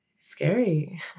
scary